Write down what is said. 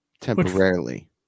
Temporarily